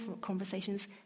conversations